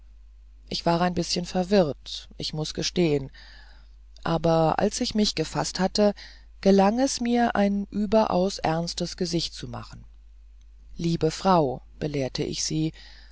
ich war ein bißchen verwirrt ich muß gestehen aber als ich mich gefaßt hatte gelang es mir ein überaus ernstes gesicht zu machen liebe frau belehrte ich sie